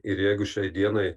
ir jeigu šiai dienai